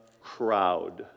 crowd